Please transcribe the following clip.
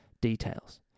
Details